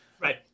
Right